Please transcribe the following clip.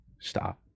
stop